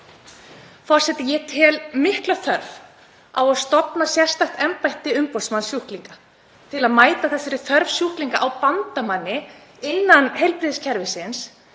Forseti. Ég tel mikla þörf á að stofna sérstakt embætti umboðsmanns sjúklinga til að mæta þörf sjúklinga fyrir bandamann innan heilbrigðiskerfisins